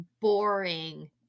boring